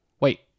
wait